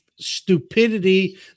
stupidity